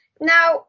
Now